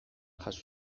jaso